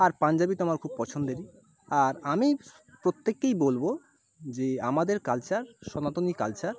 আর পাঞ্জাবি তো আমার খুব পছন্দেরই আর আমি প্রত্যেককেই বলবো যে আমাদের কালচার সনাতনী কালচার